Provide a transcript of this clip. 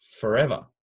forever